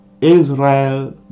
Israel